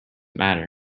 matter